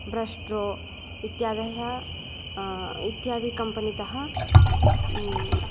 Bairstow इत्यादय इत्यादि कम्पनित